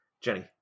Jenny